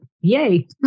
Yay